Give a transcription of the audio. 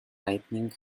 lightning